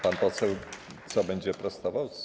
Pan poseł co będzie prostował?